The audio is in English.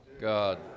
God